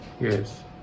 Yes